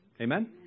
Amen